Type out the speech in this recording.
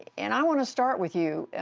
and i want to start with you,